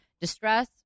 distress